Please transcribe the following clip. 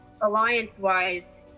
alliance-wise